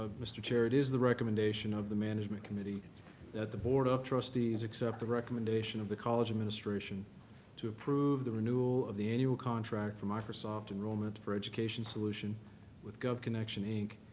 mr chair, it is the recommendation of the management committee that the board of trustees accept the recommendation of the college administration to approve the renewal of the annual contract for microsoft enrollment for education solution with govconnection, inc,